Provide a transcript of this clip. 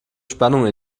spannung